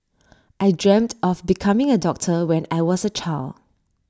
I dreamt of becoming A doctor when I was A child